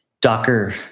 Docker